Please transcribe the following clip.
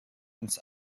uns